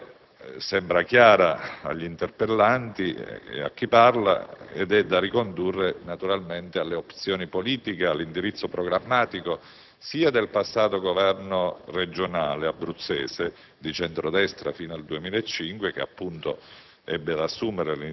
La ragione sembra chiara agli interpellanti e a chi parla e naturalmente è da ricondurre alle opzioni politiche e all'indirizzo programmatico sia del passato governo regionale abruzzese, di centro‑destra fino al 2005, che ebbe